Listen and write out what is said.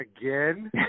again